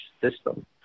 system